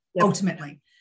ultimately